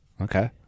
Okay